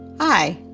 hi.